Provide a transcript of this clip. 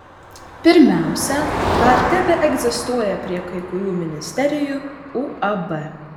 pirmiausia dar tebeegzistuoja prie kai kurių ministerijų uab